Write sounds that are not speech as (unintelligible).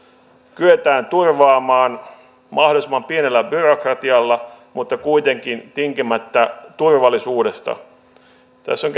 kyetään turvaamaan mahdollisimman pienellä byrokratialla mutta kuitenkin tinkimättä turvallisuudesta tässä on (unintelligible)